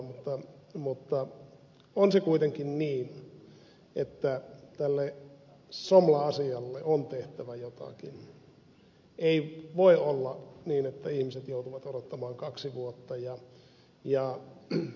mutta on se kuitenkin niin että tälle somla asialle on tehtävä jotakin ei voi olla niin että ihmiset joutuvat odottamaan kaksi vuotta